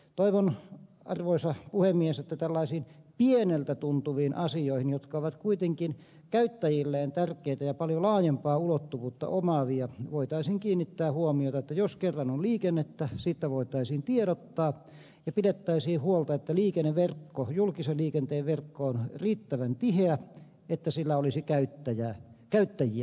toivon arvoisa puhemies että tällaisiin pieniltä tuntuviin asioihin jotka ovat kuitenkin käyttäjilleen tärkeitä ja paljon laajempaa ulottuvuutta omaavia voitaisiin kiinnittää huomiota että jos kerran on liikennettä siitä voitaisiin tiedottaa ja pidettäisiin huolta että julkisen liikenteen verkko on riittävän tiheä että sillä olisi käyttäjiä